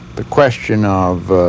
the question of